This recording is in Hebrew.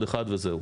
הניהולי,